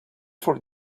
for